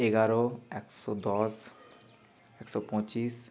এগারো একশো দশ একশো পঁচিশ